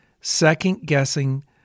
second-guessing